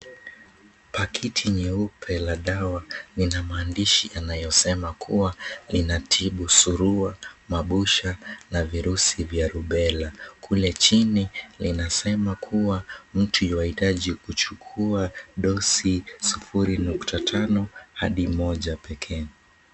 Pakiti nyeupe la dawa lina maandishi yanayosema kuwa linatibu surua, mabusha na virusi vya rubela. Kule chini linasema kuwa mtu yuaitaji kuchukua dosi sufuri nukta tano hadi moja pekee.